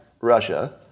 Russia